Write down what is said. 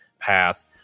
Path